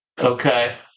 Okay